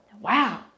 wow